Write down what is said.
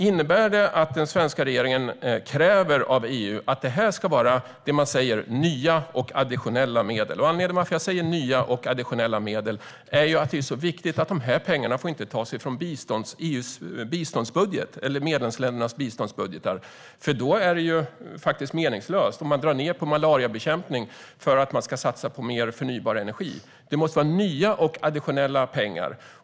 Innebär detta att den svenska regeringen kräver av EU att det här ska vara det man kallar nya och additionella medel? Anledningen till att jag säger nya och additionella medel är att det är viktigt att de här pengarna inte tas från EU:s biståndsbudget eller medlemsländernas biståndsbudgetar. Det blir meningslöst om man drar ned på malariabekämpning för att satsa på mer förnybar energi. Det måste vara nya och additionella pengar.